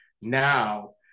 now